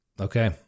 Okay